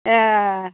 ए